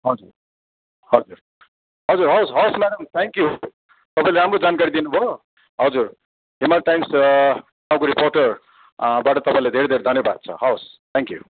हजुर हजुर हजुर हवस् हवस् म्याडम थ्याङ्क यू तपाईँले राम्रो जानकारी दिनुभयो हजुर हिमाल टाइम्स नाऊको रिपोर्टर बाट तपाईँलाई धेरै धेरै धन्यवाद छ हवस् थ्याङ्क यू